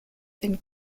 and